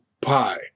pie